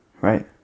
Right